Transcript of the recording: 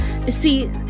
see